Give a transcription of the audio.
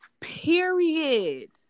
period